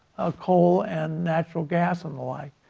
coal and natural gas and the like.